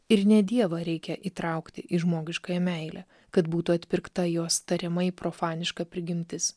ir ne dievą reikia įtraukti į žmogiškąją meilę kad būtų atpirkta jos tariamai profaniška prigimtis